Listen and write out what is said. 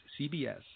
CBS